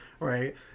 Right